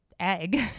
egg